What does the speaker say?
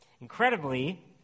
Incredibly